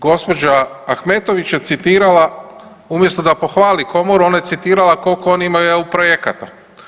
Gospođa Ahmetović je citirala, umjesto da pohvali komoru ona je citirala koliko oni imaju EU projekata.